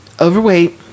Overweight